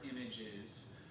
images